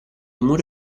muro